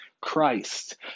Christ